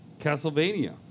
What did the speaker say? Castlevania